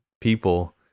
people